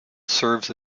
serves